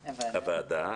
הוועדה,